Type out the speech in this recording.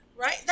Right